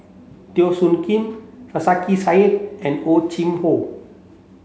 Teo Soon Kim Sarkasi Said and Hor Chim Or